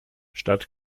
statt